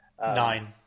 Nine